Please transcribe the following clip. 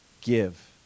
give